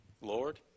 Lord